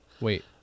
Wait